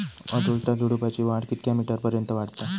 अडुळसा झुडूपाची वाढ कितक्या मीटर पर्यंत वाढता?